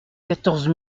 quatorze